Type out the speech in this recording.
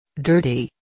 Dirty